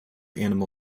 animal